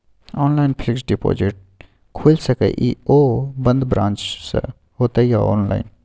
Online fixed deposit खुईल सके इ आ ओ बन्द ब्रांच स होतै या ऑनलाइन?